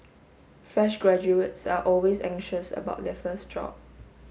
fresh graduates are always anxious about their first job